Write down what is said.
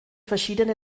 verschiedene